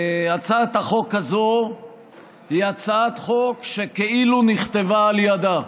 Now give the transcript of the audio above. הצעת החוק הזאת היא הצעת חוק שכאילו נכתבה על ידה,